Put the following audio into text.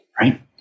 right